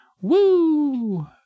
woo